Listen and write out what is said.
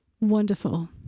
Wonderful